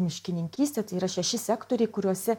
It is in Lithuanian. miškininkystę tai yra šeši sektoriai kuriuose